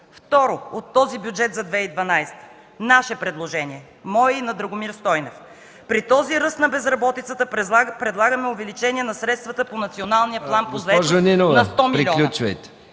Второ, от този бюджет за 2012 г. в наше предложение – мое и на Драгомир Стойнев, при този ръст на безработицата предлагаме увеличение на средствата по Националния план по заетост на 100 млн.